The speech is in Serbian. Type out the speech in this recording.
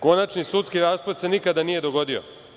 Konačni sudski rasplet se nikada nije dogodio.